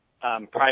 private